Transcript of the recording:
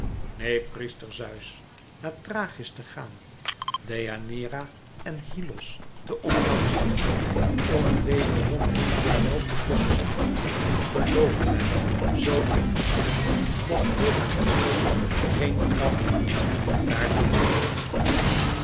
neen priester zeus naar thrachis te gaan deianeira en hyllos te omhelzen om wederom hen vaarwel te kussen geloof mij zoo ik u zeg dat herakles geen kracht meer dàar toe heeft